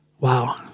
Wow